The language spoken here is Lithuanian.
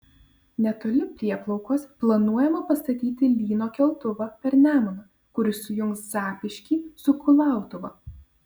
netoli prieplaukos planuojama pastatyti lyno keltuvą per nemuną kuris sujungs zapyškį su kulautuva